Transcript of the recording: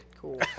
cool